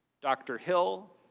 dr. hill,